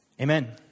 Amen